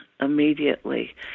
immediately